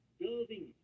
building